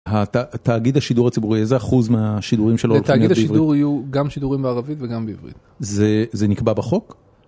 תאגיד השידור הציבורי, איזה אחוז מהשידורים שלו הולכים להיות ב... לתאגיד השידור יהיו גם שידורים בערבית וגם בעברית. זה נקבע בחוק?